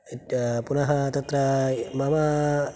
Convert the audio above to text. पुनः तत्र मम